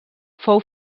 fou